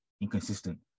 inconsistent